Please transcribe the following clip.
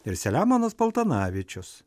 ir selemonas paltanavičius